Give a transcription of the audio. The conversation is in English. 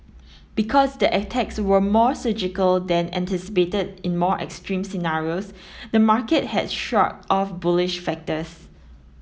because the attacks were more surgical than anticipated in more extreme scenarios the market has shrugged off bullish factors